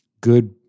Good